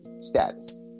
status